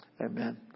Amen